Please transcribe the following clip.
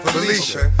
Felicia